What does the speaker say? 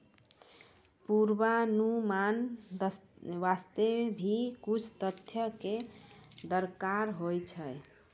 पुर्वानुमान वास्ते भी कुछ तथ्य कॅ दरकार होय छै